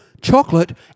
Chocolate